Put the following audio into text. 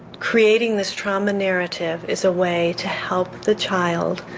creating this trauma narrative is a way to help the child,